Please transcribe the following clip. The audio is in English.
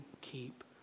keep